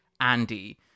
Andy